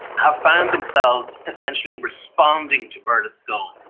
have found themselves essentially responding to berlusconi,